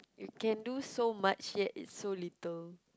you can do so much yet is so little